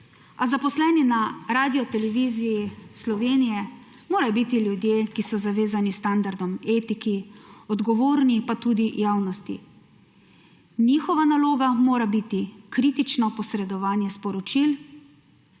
A zaposleni na Radioteleviziji Slovenije morajo biti ljudje, ki so zavezani standardom, etiki, odgovorni, pa tudi javnosti. Njihova naloga mora biti kritično posredovanje sporočil